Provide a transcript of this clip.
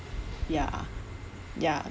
ya ya